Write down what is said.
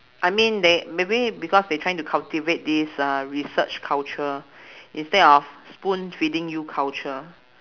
I mean they maybe because they trying to cultivate this uh research culture instead of spoonfeeding you culture